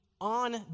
on